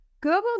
Google